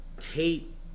hate